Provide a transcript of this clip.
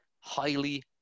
Highly